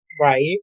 Right